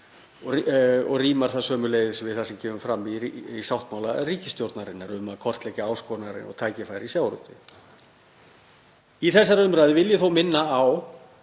og rímar það sömuleiðis við það sem kemur fram í sáttmála ríkisstjórnarinnar um að kortleggja áskoranir og tækifæri í sjávarútvegi. Í þessari umræðu vil ég þó minna á